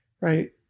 right